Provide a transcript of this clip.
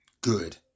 good